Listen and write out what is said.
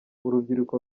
urubyiruko